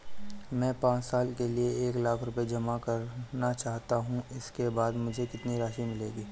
मैं पाँच साल के लिए एक लाख रूपए जमा करना चाहता हूँ इसके बाद मुझे कितनी राशि मिलेगी?